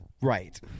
Right